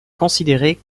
considérée